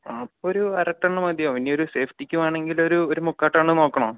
അപ്പോൾ ഒരു അര ടൺ മതിയാകും ഇനിയൊരു സേഫ്റ്റിക്കു വേണമെങ്കിൽ ഒരു മുക്കാൽ ടൺ നോക്കണോ